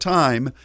time